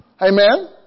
Amen